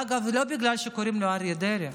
ואגב, זה לא בגלל שקוראים לו אריה דרעי,